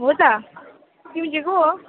हो त तिमी चाहिँ को हो